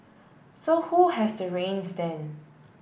so who has the reins then